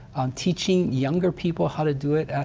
teaching younger people how to do it,